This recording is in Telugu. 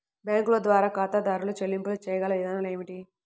బ్యాంకుల ద్వారా ఖాతాదారు చెల్లింపులు చేయగల విధానాలు ఏమిటి?